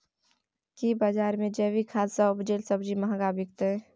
की बजार मे जैविक खाद सॅ उपजेल सब्जी महंगा बिकतै?